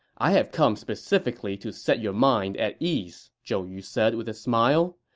i have come specifically to set your mind at ease, zhou yu said with a smile.